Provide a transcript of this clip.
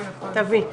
אני חייבת הערה אחת.